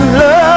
love